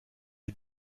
est